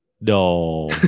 no